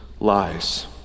lies